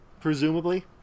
Presumably